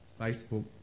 Facebook